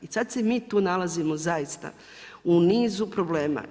I sad se mi tu nalazimo zaista u nizu problema.